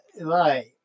Right